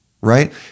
right